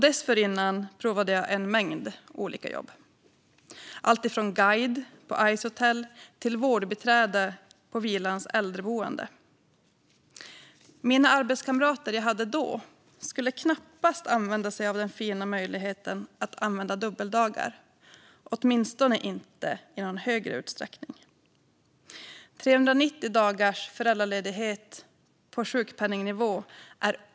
Dessförinnan provade jag en mängd olika jobb, alltifrån guide på Icehotel till vårdbiträde på Vilans äldreboende. Mina arbetskamrater jag hade då skulle knappast använda sig av den fina möjligheten att använda dubbeldagar, åtminstone inte i någon högre utsträckning.